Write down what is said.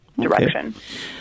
direction